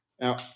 Now